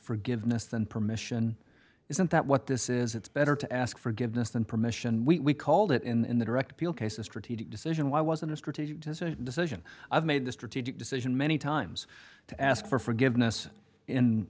forgiveness than permission isn't that what this is it's better to ask forgiveness than permission we called it in the direct appeal case a strategic decision why wasn't a strategic decision i've made the strategic decision many times to ask for forgiveness in